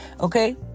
Okay